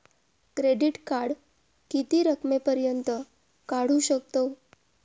Credit card किती रकमेपर्यंत काढू शकतव?